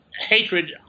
hatred